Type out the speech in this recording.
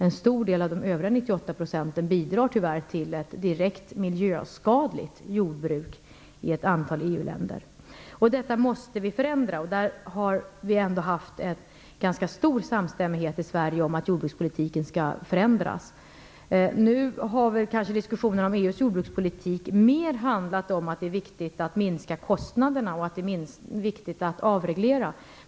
En stor del av de övriga 98 procenten bidrar tyvärr till ett direkt miljöskadligt jordbruk i ett antal EU-länder. Detta måste vi förändra. Vi har ändå haft en ganska stor samstämmighet i Sverige om att jordbrukspolitiken skall förändras. Nu har väl diskussionerna om EU:s jordbrukspolitik kanske mer handlat om att det är viktigt att minska kostnaderna och att avreglera.